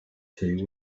two